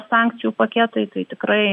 sankcijų paketai tai tikrai